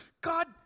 God